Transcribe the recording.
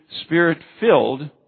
spirit-filled